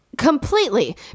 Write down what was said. Completely